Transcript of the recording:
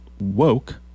woke